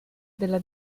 della